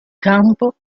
campo